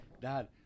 Dad